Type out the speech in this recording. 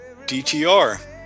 DTR